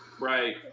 Right